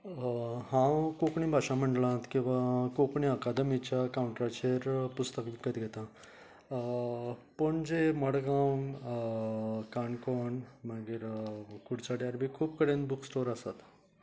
हांव कोंकणी भाशा मंडळांत किंवा कोंकणी अकादमीच्या काउंटराचेर पुस्तकां विकत घेता पणजे मडगांव काणकोण मागीर कुडचड्यार बी खूब कडेन बुक्स स्टॉर आसात